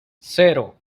cero